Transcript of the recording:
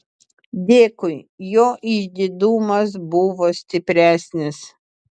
dėkui jo išdidumas buvo stipresnis